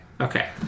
Okay